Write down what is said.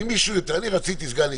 אני רציתי סגן ניצב,